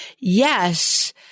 yes